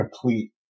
complete